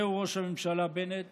זהו ראש הממשלה בנט